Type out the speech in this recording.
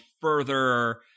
further